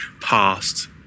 past